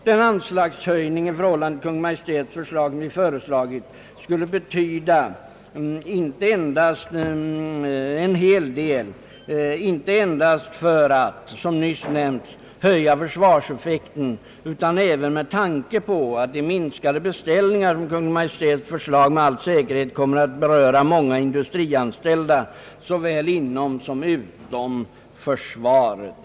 Den anslagshöjning i förhållande till Kungl. Maj:ts förslag som vi föreslagit skulle betyda mycket, inte endast för att, som nyss nämnts, höja försvarseffekten utan även med tanke på att de minskade beställningar som Kungl. Maj:ts förslag med all säkerhet medför kommer att beröra många industrianställda såväl inom som utom försvaret.